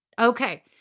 Okay